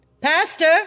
Pastor